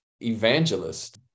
evangelist